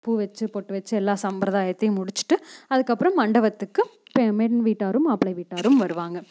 பூ வச்சு பொட்டு வச்சு எல்லா சம்பிரதாயத்தையும் முடிச்சுட்டு அதுக்கப்புறம் மண்டபத்துக்கு பெ பெண் வீட்டாரும் மாப்பிள்ளை வீட்டாரும் வருவாங்க